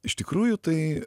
iš tikrųjų tai